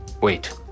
Wait